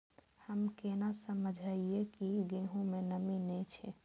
हम केना समझये की गेहूं में नमी ने छे?